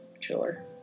Chiller